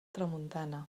tramuntana